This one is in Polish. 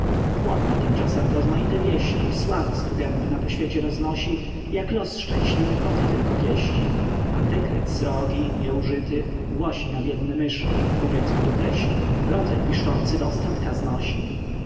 płodna tymczasem w rozmaite wieści sława stugębna po świecie roznosi jak los szczęśliwe koty tylko pieści a dekret srogi nieużyty głosi na biedne myszy gubiąc ich do treści rodzaj piszczący do ostatka znosi